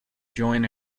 join